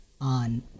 on